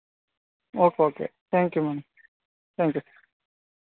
okay okay thank you ma'am thank you